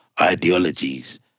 ideologies